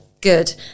Good